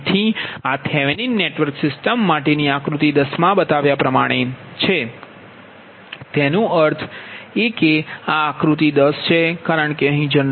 તેથી આ Thevenin network system માટેની આકૃતિ 10 માં બતાવ્યા પ્રમાણે છે તેનો અર્થ એ કે આ આક્રુતિ 10 છે કારણ કે અહીં તે જનરેટર 0